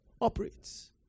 operates